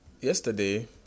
yesterday